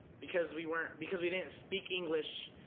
because we weren't because we didn't speak english,